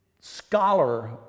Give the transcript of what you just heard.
scholar